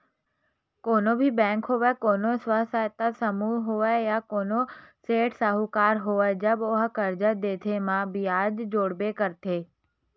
कोनो भी बेंक होवय कोनो स्व सहायता समूह होवय या कोनो सेठ साहूकार होवय जब ओहा करजा देथे म बियाज जोड़बे करथे